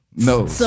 No